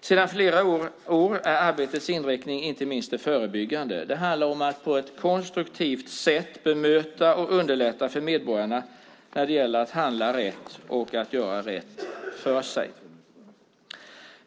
Sedan flera år tillbaka är arbetets inriktning inte minst förebyggande. Det handlar om att på ett konstruktivt sätt bemöta och underlätta för medborgarna när det gäller att handla rätt och att göra rätt för sig.